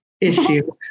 issue